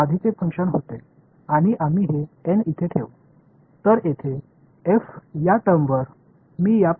எனவே இந்த f வெளிப்பாட்டை இங்கே நான் முன்பே பயன்படுத்தியவற்றால் மாற்றப் போகிறேன்